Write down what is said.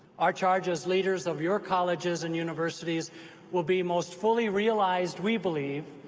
our charge as leaders of your colleges and universities will be most fully realized, we believe,